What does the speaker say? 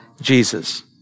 Jesus